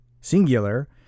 singular